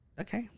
Okay